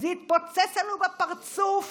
זה התפוצץ לנו בפרצוף